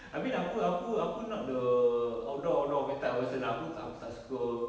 I mean aku aku aku not the outdoor outdoor ke type of person lah aku aku tak suka